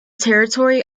territory